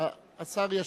השר ישיב.